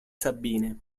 sabine